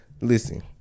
Listen